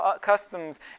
customs